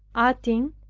adding,